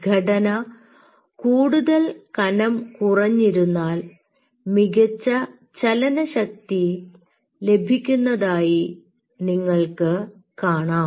ഘടന കൂടുതൽ കനം കുറഞ്ഞിരുന്നാൽ മികച്ച ചലനശക്തി ലഭിക്കുന്നതായി നിങ്ങൾക്ക് കാണാം